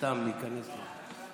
סתם להיכנס לזה.